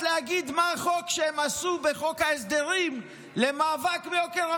להגיד מה החוק שהם עשו בחוק ההסדרים למאבק ביוקר המחיה.